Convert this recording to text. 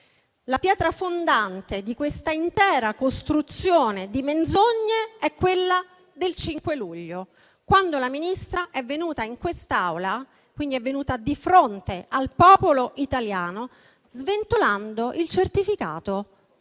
La pietra fondante dell'intera costruzione di menzogne è quella del 5 luglio, quando la Ministra è venuta in quest'Aula, e quindi di fronte al popolo italiano, sventolando il certificato